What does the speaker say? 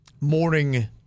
morning